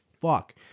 fuck